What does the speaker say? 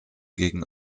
gegen